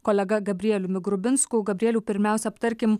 kolega gabrieliumi grubinsku gabrieliau pirmiausia aptarkim